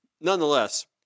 Nonetheless